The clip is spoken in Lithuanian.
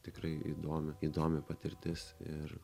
tikrai įdomu įdomi patirtis ir